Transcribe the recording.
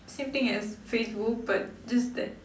same thing as facebook but just that